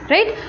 Right